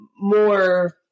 more